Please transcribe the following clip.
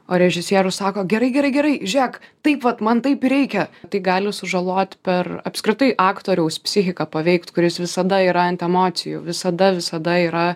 o režisierius sako gerai gerai gerai žiūrėk taip vat man taip ir reikia tai gali sužalot per apskritai aktoriaus psichiką paveikt kuris visada yra ant emocijų visada visada yra